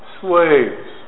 slaves